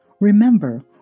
Remember